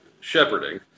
shepherding